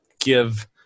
give